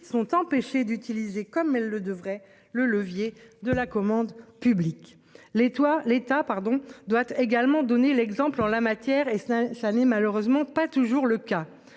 sont empêchés d'utiliser comme elle le devrait le levier de la commande publique les toi l'état pardon doit également donner l'exemple en la matière et ça, ça n'est malheureusement pas toujours le cas.